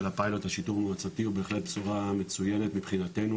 הפיילוט לשיטור מועצתי הוא בהחלט בשורה מצויינת במחינתנו,